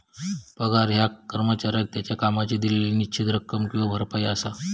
पगार ह्या कर्मचाऱ्याक त्याच्यो कामाची दिलेली निश्चित रक्कम किंवा भरपाई असा